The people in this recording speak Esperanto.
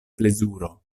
plezuro